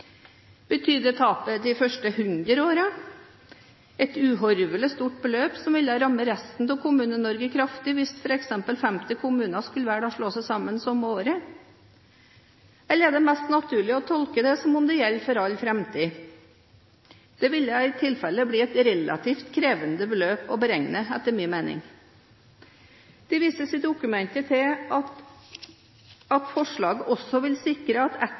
Betyr det tap de første 100 årene? Det ville vært et uhorvelig stort beløp, som ville rammet resten av Kommune-Norge kraftig, hvis f.eks. 50 kommuner skulle velge å slå seg sammen samme året. Eller er det mest naturlig å tolke det som om det gjelder for all framtid? Det ville etter min mening bli et relativt krevende beløp å beregne. Det vises i dokumentet til at forslaget også vil sikre at